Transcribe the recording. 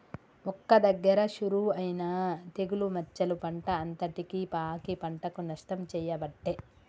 ఒక్క దగ్గర షురువు అయినా తెగులు మచ్చలు పంట అంతటికి పాకి పంటకు నష్టం చేయబట్టే